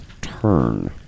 turn